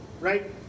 right